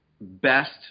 best